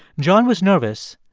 john was nervous,